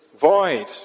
void